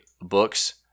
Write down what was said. books